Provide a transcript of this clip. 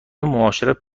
معاشرت